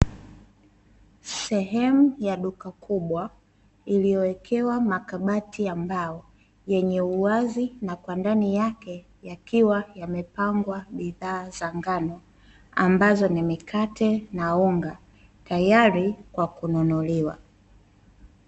Sehemu ya duka kubwa iliyowekewa makabati ya mbao, yenye uwazi na kwa ndani yake yakiwa yamepangwa bidhaa za ngano ambazo ni mikate na unga, tayari kwa kununuliwa.